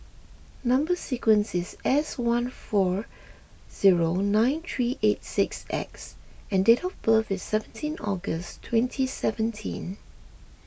Number Sequence is S one four zero nine three eight six X and date of birth is seventeen August twenty seventeen